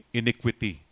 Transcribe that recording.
iniquity